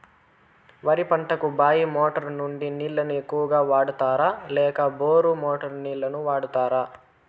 వరి పంటకు బాయి మోటారు నుండి నీళ్ళని ఎక్కువగా వాడుతారా లేక బోరు మోటారు నీళ్ళని వాడుతారా?